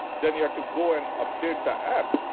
then you have to go and update the app.